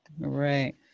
right